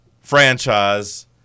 franchise